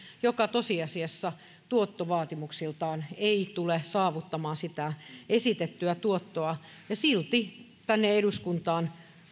joka tosiasiassa tuottovaatimuksiltaan ei tule saavuttamaan sitä esitettyä tuottoa ja silti tänne eduskuntaan